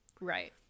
Right